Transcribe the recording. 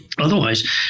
Otherwise